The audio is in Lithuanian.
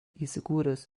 įsikūręs